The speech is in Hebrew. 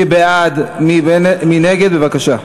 מי בעד, מי נגד, בבקשה.